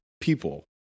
people